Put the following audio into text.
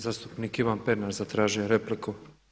Zastupnik Ivan Pernar zatražio je repliku.